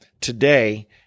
today